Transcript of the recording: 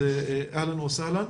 אז אהלן וסהלן,